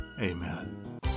Amen